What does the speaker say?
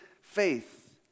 faith